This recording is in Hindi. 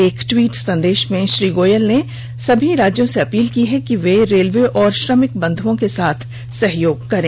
एक टवीट संदेश में श्री गोयल ने सभी राज्यों से अपील की कि वे रेलवे और श्रमिक बंधुओं के साथ सहयोग करें